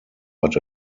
but